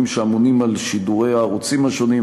שאמונים על שידורי הערוצים השונים,